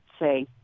say